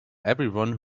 everyone